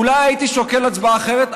אולי הייתי שוקל הצבעה אחרת,